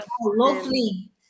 lovely